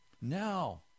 now